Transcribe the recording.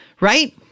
right